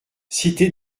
cite